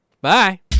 Bye